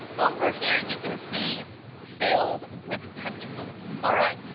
over here you can see filled with pentacles, all right?